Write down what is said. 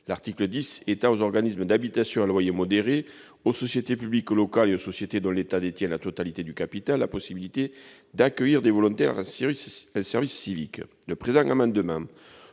l'article 10 étend aux organismes d'habitation à loyer modéré, aux sociétés publiques locales et aux sociétés dont l'État détient la totalité du capital la possibilité d'accueillir des volontaires en service civique. Le présent amendement